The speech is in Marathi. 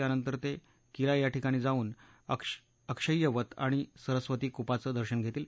त्यानंतर ते कीला याठिकाणी जाऊन अक्षय्यवत आणि सरस्वती कुपाचं दर्शन घेतील